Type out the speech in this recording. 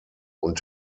und